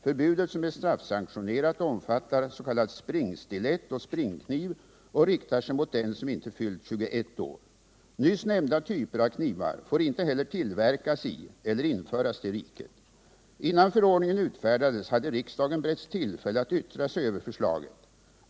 Förbudet, som är straffsanktionerat, omfattar s.k. springstilett och springkniv och riktar sig mot den som ej fyllt 21 år. Nyss nämnda typer av knivar får inte heller tillverkas i eller införas till riket. Innan förordningen utfärdades hade riksdagen beretts tillfälle att yttra sig över förslaget.